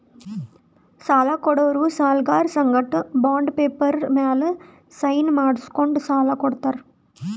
ಸಾಲ ಕೊಡೋರು ಸಾಲ್ಗರರ್ ಸಂಗಟ ಬಾಂಡ್ ಪೇಪರ್ ಮ್ಯಾಲ್ ಸೈನ್ ಮಾಡ್ಸ್ಕೊಂಡು ಸಾಲ ಕೊಡ್ತಾರ್